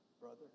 brother